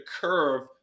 curve